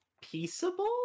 Peaceable